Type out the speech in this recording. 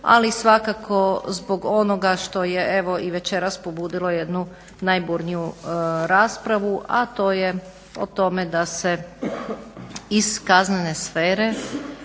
ali svakako zbog onoga što je evo i večeras pobudilo jednu najburniju raspravu a to je o tome da se iz kaznene sfere